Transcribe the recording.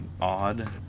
odd